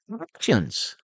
actions